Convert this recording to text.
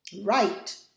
right